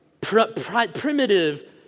primitive